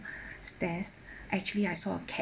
stairs actually I saw a cat